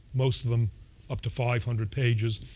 most of them up to five hundred pages,